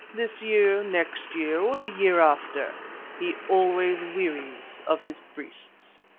this year, next year, or the year after he always wearies of his priests.